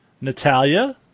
Natalia